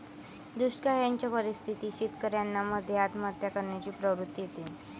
दुष्काळयाच्या परिस्थितीत शेतकऱ्यान मध्ये आत्महत्या करण्याची प्रवृत्ति येते